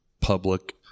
public